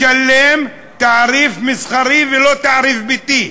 משלם תעריף מסחרי ולא תעריף ביתי.